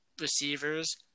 receivers